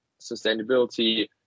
sustainability